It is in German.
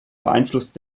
beeinflusst